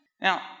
Now